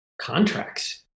contracts